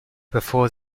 bevor